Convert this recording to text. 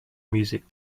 music